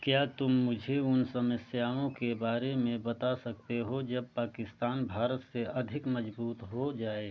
क्या तुम मुझे उन समस्याओं के बारे में बता सकते हो जब पाकिस्तान भारत से अधिक मज़बूत हो जाए